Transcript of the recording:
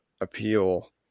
appeal